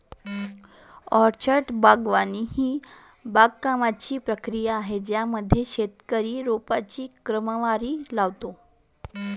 orchard बागवानी ही बागकामाची प्रक्रिया आहे ज्यामध्ये शेतकरी रोपांची क्रमवारी लावतो